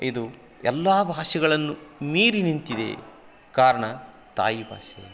ಇದು ಎಲ್ಲ ಭಾಷೆಗಳನ್ನು ಮೀರಿ ನಿಂತಿದೆ ಕಾರಣ ತಾಯಿಭಾಷೆ